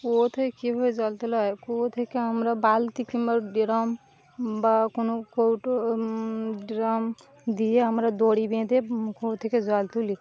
কুয়ো থেকে কীভাবে জল তোলা হয় কুয়ো থেকে আমরা বালতি কিংবা ড্রাম বা কোনো কৌটো ড্রাম দিয়ে আমরা দড়ি বেঁধে কুয়ো থেকে জল তুলি